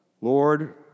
Lord